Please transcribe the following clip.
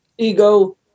ego